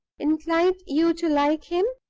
inclined you to like him?